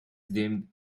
dimmed